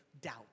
doubt